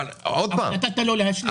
נתת לו להשלים.